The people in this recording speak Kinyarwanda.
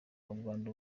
ubwandu